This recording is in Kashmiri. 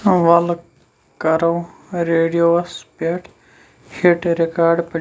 ولہٕ کَرَو ریڈیوس پیٹھ ہِٹ رِکارڈ پلے